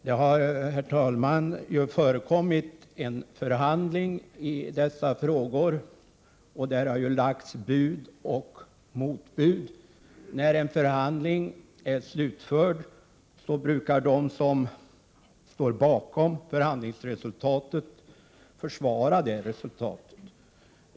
Herr talman! Det har ju förekommit en förhandling i dessa frågor, där det har lagts bud och motbud. När en förhandling är slutförd brukar de som står bakom förhandlingsresultatet försvara det resultatet.